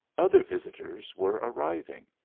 other visitors were arriving.